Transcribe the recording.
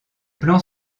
plans